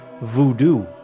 voodoo